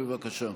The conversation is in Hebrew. בבקשה.